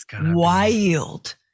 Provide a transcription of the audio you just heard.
wild